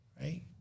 right